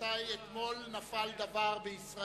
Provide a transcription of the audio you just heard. רבותי חברי הכנסת, אתמול נפל דבר בישראל